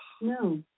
No